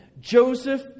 Joseph